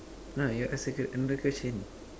no you ask another question